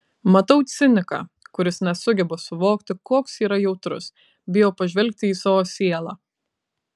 matau ciniką kuris nesugeba suvokti koks yra jautrus bijo pažvelgti į savo sielą